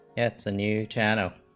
gets a new channel